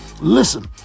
Listen